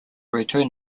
return